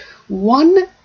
One